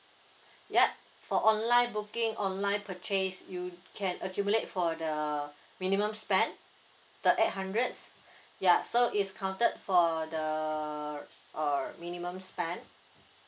yup for online booking online purchase you can accumulate for the minimum spend the eight hundreds ya so it's counted for the err minimum spend